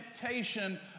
temptation